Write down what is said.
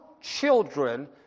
children